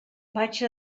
vaig